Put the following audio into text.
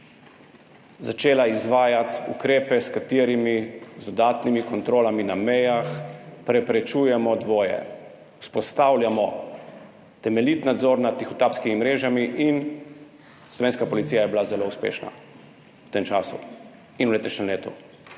začela izvajati ukrepe, s katerimi z dodatnimi kontrolami na mejah preprečujemo dvoje: vzpostavljamo temeljit nadzor nad tihotapskimi mrežami in slovenska policija je bila zelo uspešna v tem času in v letošnjem letu.